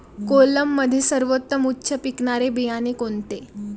कोलममध्ये सर्वोत्तम उच्च पिकणारे बियाणे कोणते?